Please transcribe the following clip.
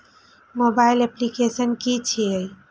Mobile application कि छै?